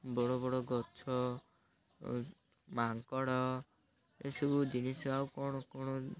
ବଡ଼ ବଡ଼ ଗଛ ମାଙ୍କଡ଼ ଏସବୁ ଜିନିଷ ଆଉ କ'ଣ କ'ଣ